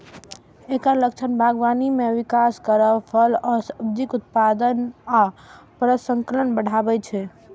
एकर लक्ष्य बागबानी के विकास करब, फल आ सब्जीक उत्पादन आ प्रसंस्करण बढ़ायब छै